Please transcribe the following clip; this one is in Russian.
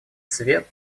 свет